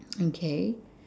okay